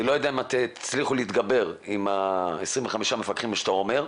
אני לא יודע אם תצליחו להתגבר עם ה-25 מפקחים שאתה מציין.